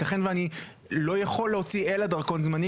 ייתכן שאני לא יכול להוציא אלא דרכון זמני